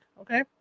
Okay